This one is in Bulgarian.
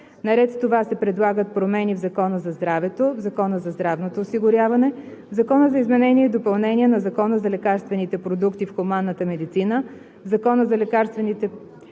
Наред с това се предлагат промени в Закона за здравето, в Закона за здравното осигуряване, в Закона за изменение и допълнение на Закона за лекарствените продукти в хуманната медицина, в Закона за лекарствените